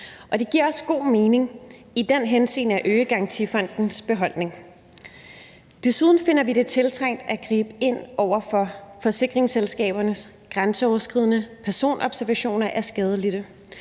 det giver også god mening i den henseende at øge Garantifondens beholdning. Desuden finder vi det tiltrængt at gribe ind over for forsikringsselskabernes grænseoverskridende personobservationer af skadelidte,